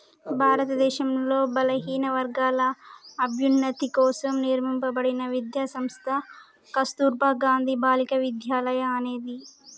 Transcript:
భారతదేశంలో బలహీనవర్గాల అభ్యున్నతి కోసం నిర్మింపబడిన విద్యా సంస్థ కస్తుర్బా గాంధీ బాలికా విద్యాలయ అనేది